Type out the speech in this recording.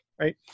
right